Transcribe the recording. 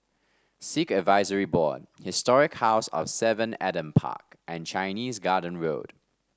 Sikh Advisory Board Historic House of Seven Adam Park and Chinese Garden Road